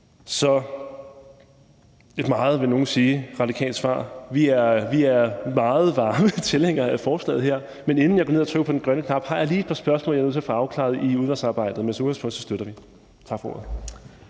er et meget, vil nogen sige, radikalt svar. Vi er meget varme tilhængere af forslaget her, men inden jeg går ned og trykker på den grønne knap, har jeg lige et par spørgsmål, jeg vil søge at få afklaret i udvalgsarbejdet. Men som udgangspunkt støtter vi forslaget.